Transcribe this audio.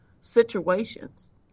situations